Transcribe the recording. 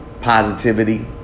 positivity